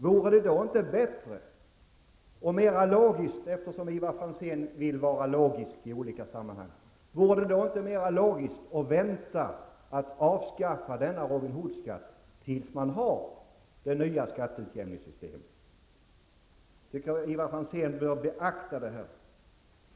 Vore det då inte bättre och mera logiskt, eftersom Ivar Franzén vill vara logisk i olika sammanhang, att vänta med att avskaffa Robin Hood-skatten tills man har det nya skatteutjämningssystemet? Jag tycker att Ivar Franzén bör beakta detta.